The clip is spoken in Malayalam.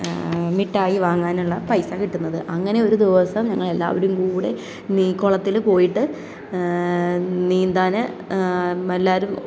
മിഠായി വാങ്ങാനുള്ള പൈസ കിട്ടുന്നത് അങ്ങനെ ഒരു ദിവസം ഞങ്ങളെല്ലാവരും കൂടെ കുളത്തിൽ പോയിട്ട് നീന്താൻ എല്ലാവരും